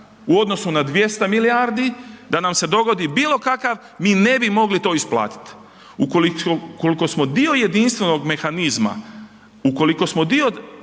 u odnosu na 200 milijardi, da nam se dogodi bilo kakav, mi ne bi mogli to isplatiti. Ukoliko smo dio jedinstvenog mehanizma, ukoliko smo dio,